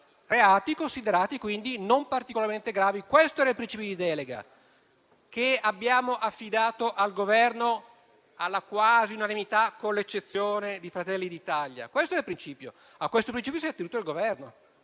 anni, considerati quindi non particolarmente gravi. Questo era il principio di delega che abbiamo affidato al Governo quasi alla unanimità, con l'eccezione di Fratelli d'Italia. A questo principio si è attenuto il Governo,